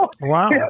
Wow